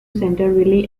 centreville